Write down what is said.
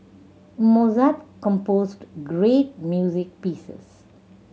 Mozart composed great music pieces